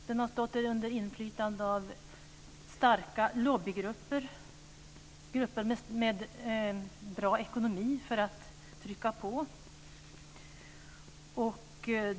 Den har stått under inflytande av starka lobbygrupper, grupper med bra ekonomi för att trycka på.